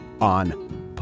on